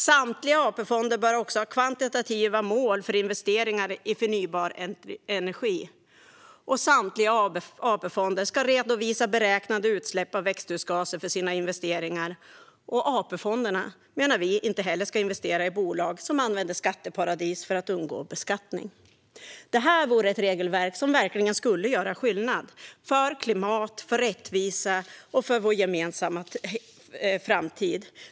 Samtliga AP-fonder bör också ha kvantitativa mål för investeringar i förnybar energi. Och samtliga AP-fonder ska redovisa beräknade utsläpp av växthusgaser för sina investeringar. Vi menar också att AP-fonderna inte heller ska investera i bolag som använder skatteparadis för att undgå beskattning. Det regelverket skulle verkligen göra skillnad - för klimat, för rättvisa och för vår gemensamma framtid.